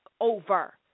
over